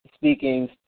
speaking